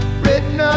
written